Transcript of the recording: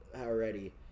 already